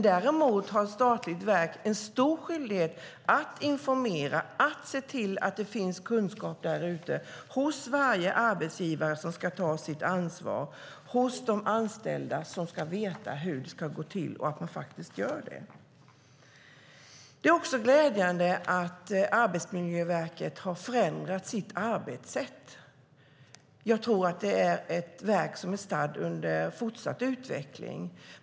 Däremot har ett statligt verk stor skyldighet att informera, att se till att det finns kunskap där ute, hos varje arbetsgivare som ska ta sitt ansvar och hos de anställda som ska veta hur det ska gå till, och det är viktigt att de gör det. Det är också glädjande att Arbetsmiljöverket har förändrat sitt arbetssätt. Jag tror att det är ett verk som är stadd i fortsatt utveckling.